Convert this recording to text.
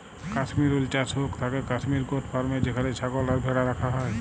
Kashmir wool চাস হৌক থাকেক কাশ্মির গোট ফার্মে যেখানে ছাগল আর ভ্যাড়া রাখা হয়